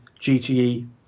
gte